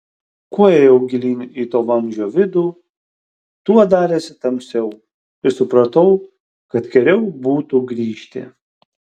kuo ėjau gilyn į to vamzdžio vidų tuo darėsi tamsiau ir supratau kad geriau būtų grįžti